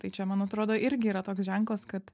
tai čia man atrodo irgi yra toks ženklas kad